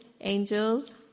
angels